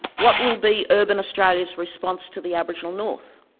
what will be urban australia's response to the aboriginal north?